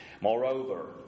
Moreover